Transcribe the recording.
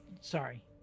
Sorry